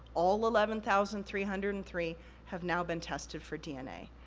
all eleven thousand three hundred and three have now been tested for dna.